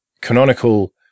Canonical